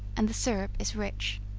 and the syrup is rich.